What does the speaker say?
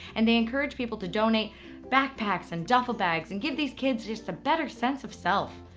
and they encourage people to donate backpacks and duffel bags and give these kids just a better sense of self.